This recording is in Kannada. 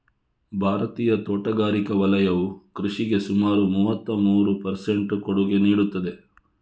ಭಾರತೀಯ ತೋಟಗಾರಿಕಾ ವಲಯವು ಕೃಷಿಗೆ ಸುಮಾರು ಮೂವತ್ತಮೂರು ಪರ್ ಸೆಂಟ್ ಕೊಡುಗೆ ನೀಡುತ್ತದೆ